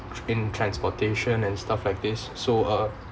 in transportation and stuff like this so uh